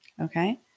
Okay